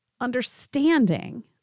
understanding